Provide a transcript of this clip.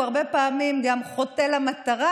הוא הרבה פעמים גם חוטא למטרה,